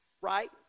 Right